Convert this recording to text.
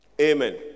Amen